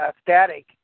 static